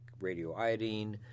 radioiodine